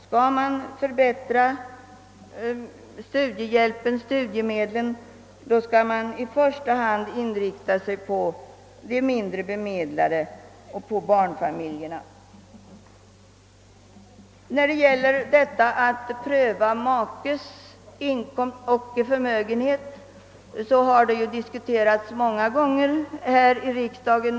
Skall man förbättra studiehjälpen och studiemedlen, skall man i första hand inrikta sig på de mindre bemedlade och på barnfamiljerna. Frågan om prövningen med hänsyn till makes inkomst och förmögenhet har ju diskuterats många gånger här i riksdagen.